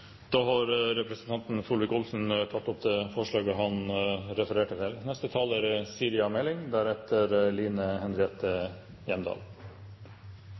tatt opp det forslaget han refererte til. Strøm er